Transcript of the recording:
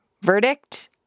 Verdict